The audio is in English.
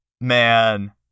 Man